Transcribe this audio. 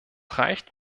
reicht